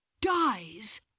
dies